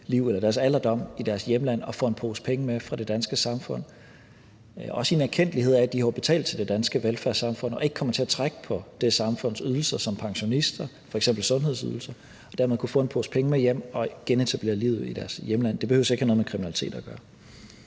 liv eller deres alderdom i deres hjemland og få en pose penge med fra det danske samfund – også som en erkendtlighed for, at de jo har betalt til det danske velfærdssamfund og ikke kommer til at trække på det samfunds ydelser som pensionister, f.eks. sundhedsydelser, og dermed kunne de få en pose penge med hjem og genetablere livet i deres hjemland. Det behøver ikke at have noget med kriminalitet at gøre.